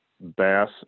bass